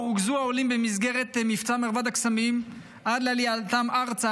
שבו רוכזו העולים במסגרת מבצע מרבד הקסמים עד לעלייתם ארצה,